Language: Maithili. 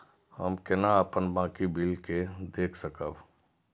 हम केना अपन बाकी बिल के देख सकब?